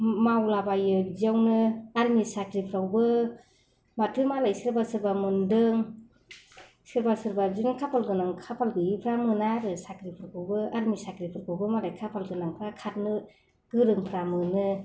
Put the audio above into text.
मावलाबायो बिदियावनो आरो आरमि साख्रिफ्रावबो माथो मालाय सोरबा सोरबा मोन्दों सोरबा सोरबा बिदिनो खाफाल गोनां खाफाल गैयिफोरा मोना आरो साख्रिफोरखौबो मालाय आरमि साख्रिफोरखौबो खाफाल गोनांफोरा खारनो गोरोंफ्रा मोनो